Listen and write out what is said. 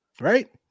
Right